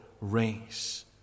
race